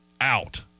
out